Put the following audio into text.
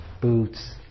boots